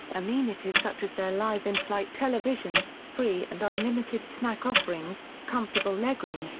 amenities such as their live in-flight television, free and unlimited snack offerings, comfortable legroom,